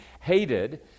hated